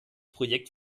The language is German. projekt